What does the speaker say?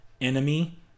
enemy